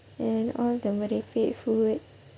and all the merepek food